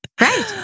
Right